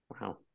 Wow